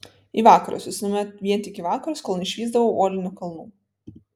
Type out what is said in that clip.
į vakarus visuomet vien tik į vakarus kol neišvysdavau uolinių kalnų